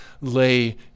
lay